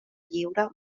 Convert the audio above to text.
lliure